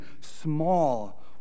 small